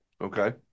Okay